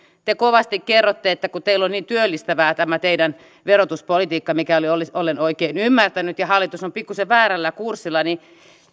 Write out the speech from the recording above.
te kovasti kerroitte että teillä on niin työllistävää tämä teidän verotuspolitiikka mikäli olen oikein ymmärtänyt ja hallitus on pikkusen väärällä kurssilla niin